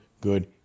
good